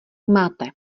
máte